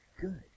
good